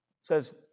says